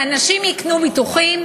שאנשים יקנו ביטוחים,